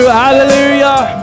hallelujah